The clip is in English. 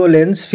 Lens